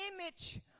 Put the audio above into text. image